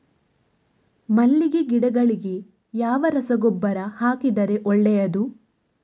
ಮಲ್ಲಿಗೆ ಗಿಡಗಳಿಗೆ ಯಾವ ರಸಗೊಬ್ಬರ ಹಾಕಿದರೆ ಒಳ್ಳೆಯದು?